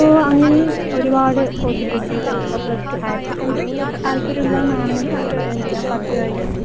ഓ അങ്ങനെയും ഒരുപാട് പോസിബിലിറ്റീസ് ഉണ്ട് ഇപ്പൊൾ പ്ലസ് ടൂ ഹയർ സെക്കൻഡറി താത്പര്യം ഇല്ലാന്നാണെങ്കിൽ നമുക്ക് എന്ത് ചെയ്യാം പത്ത് കഴിഞ്ഞിട്ട്